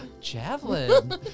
javelin